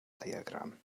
diagram